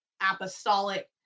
apostolic